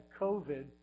COVID